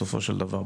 בסופו של דבר,